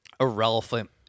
irrelevant